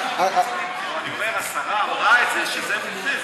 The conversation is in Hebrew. אני אומר: השרה אמרה את זה, זה מותנה.